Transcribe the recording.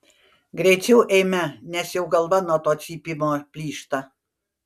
greičiau eime nes jau galva nuo to cypimo plyšta